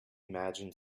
imagine